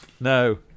no